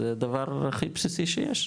זה דבר הכי בסיסי שיש.